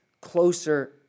closer